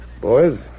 Boys